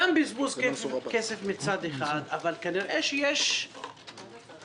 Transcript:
גם בזבוז כסף מצד אחד, אבל כנראה שיש שחיתות